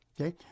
okay